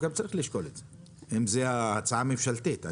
צריך לשקול את זה גם כאן, אם זו הצעה ממשלתית.